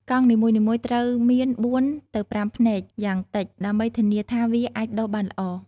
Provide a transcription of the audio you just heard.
កង់នីមួយៗត្រូវមាន ៤ ទៅ ៥ ភ្នែក យ៉ាងតិច ដើម្បីធានាថាវាអាចដុះបានល្អ។